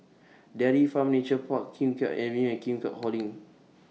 Dairy Farm Nature Park Kim Keat Avenue and Keat Hong LINK